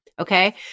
okay